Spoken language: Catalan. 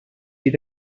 fill